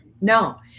No